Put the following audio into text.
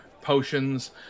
potions